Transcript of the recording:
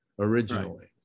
originally